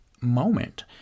moment